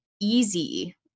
easy